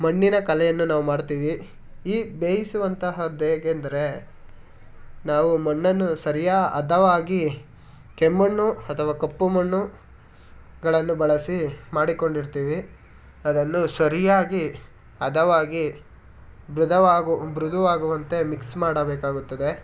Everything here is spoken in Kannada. ಮಣ್ಣಿನ ಕಲೆಯನ್ನು ನಾವು ಮಾಡ್ತೀವಿ ಈ ಬೇಯಿಸುವಂತಹದ್ದು ಹೇಗೆಂದರೆ ನಾವು ಮಣ್ಣನ್ನು ಸರಿಯ ಹದವಾಗಿ ಕೆಮ್ಮಣ್ಣು ಅಥವಾ ಕಪ್ಪುಮಣ್ಣು ಗಳನ್ನು ಬಳಸಿ ಮಾಡಿಕೊಂಡಿರ್ತೀವಿ ಅದನ್ನು ಸರಿಯಾಗಿ ಹದವಾಗಿ ಮೃದುವಾಗು ಮೃದುವಾಗುವಂತೆ ಮಿಕ್ಸ್ ಮಾಡಬೇಕಾಗುತ್ತದೆ